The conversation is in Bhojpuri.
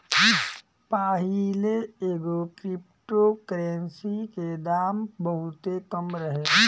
पाहिले एगो क्रिप्टो करेंसी के दाम बहुते कम रहे